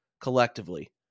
collectively